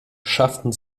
schafften